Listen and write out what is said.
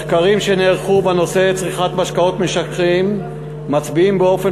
מחקרים שנערכו בנושא צריכת משקאות משכרים מצביעים באופן